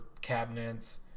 cabinets